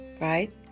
right